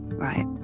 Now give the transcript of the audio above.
right